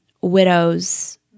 widows